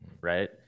right